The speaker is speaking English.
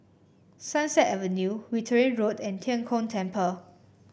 Sunset Avenue Wittering Road and Tian Kong Temple